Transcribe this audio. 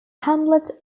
hamlet